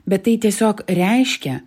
bet tai tiesiog reiškia